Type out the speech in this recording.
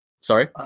Sorry